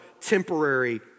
temporary